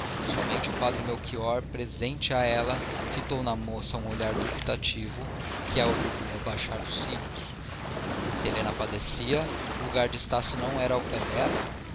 somente o padre melchior presente a ela fitou na moça um olhar dubitativo que a obrigou a baixar os cílios se helena padecia o lugar de estácio não era ao pé dela